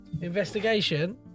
investigation